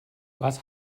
was